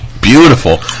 Beautiful